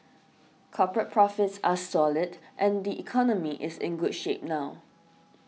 corporate profits are solid and the economy is in good shape now